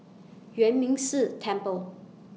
Yuan Ming Si Temple